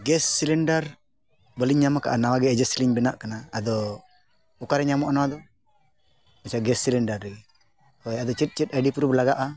gas cylinder ᱵᱟᱹᱞᱤᱧ ᱧᱟᱢ ᱠᱟᱜᱼᱟ ᱱᱟᱣᱟ ᱜᱮ ᱮᱡᱮᱥᱴ ᱞᱤᱧ ᱵᱮᱱᱟᱜ ᱠᱟᱱᱟ ᱟᱫᱚ ᱚᱠᱟᱨᱮ ᱧᱟᱢᱚᱜᱼᱟ ᱱᱚᱣᱟ ᱫᱚ ᱟᱪᱪᱷᱟ ᱜᱮᱥ ᱥᱤᱞᱤᱱᱰᱟᱨ ᱨᱮᱜᱮ ᱦᱳᱭ ᱟᱫᱚ ᱪᱮᱫ ᱪᱮᱫ ᱟᱭ ᱰᱤ ᱯᱨᱩᱯᱷ ᱞᱟᱜᱟᱜᱼᱟ